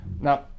Now